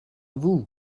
vous